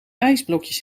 ijsblokjes